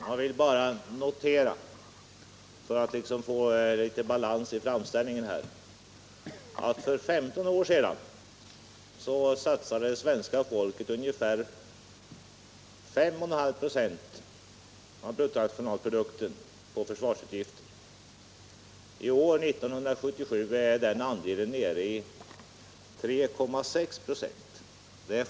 Herr talman! För att få litet balans i diskussionen vill jag säga att svenska folket för femton år sedan satsade ungefär 5,5 26 av bruttonationalprodukten på försvarsutgifter. I år, 1977, är andelen nere i 3,6 96.